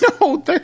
no